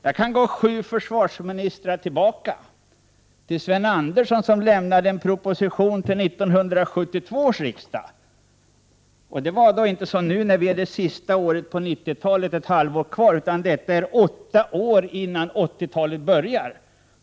Jag kan gå sju försvarsministrar tillbaka — till Sven Andersson, som lämnade en proposition till 1972 års riksdag. Vi har nu ett halvår kvar till 90-talet, men detta var åtta år innan 80-talet började.